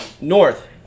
north